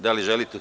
Da li želite?